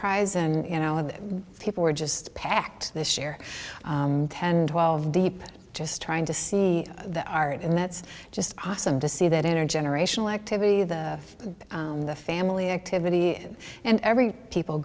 prize and you know the people are just packed this year ten twelve deep just trying to see the art and that's just awesome to see that inner generational activity that the family activity and every people